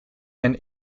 and